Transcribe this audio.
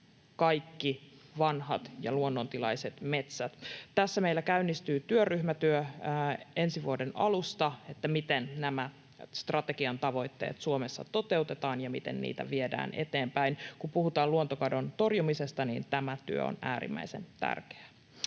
kaikki vanhat ja luonnontilaiset metsät. Tässä meillä käynnistyy työryhmätyö ensi vuoden alusta, miten nämä strategian tavoitteet Suomessa toteutetaan ja miten niitä viedään eteenpäin. Kun puhutaan luontokadon torjumisesta, niin tämä työ on äärimmäisen tärkeää.